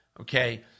okay